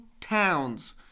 towns